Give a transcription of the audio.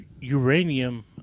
uranium